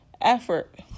effort